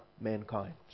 mankind